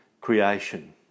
creation